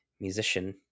musician